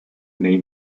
nei